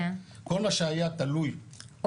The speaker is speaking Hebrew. כל מה שהיה תלוי -- עומד והינו?